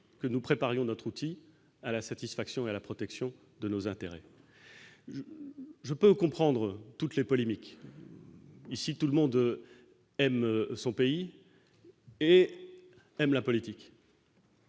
que nous préparions notre outil à la satisfaction et la protection de nos intérêts, je peux comprendre toutes les polémiques, ici tout le monde aime son pays et même la politique.